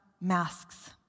masks